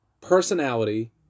personality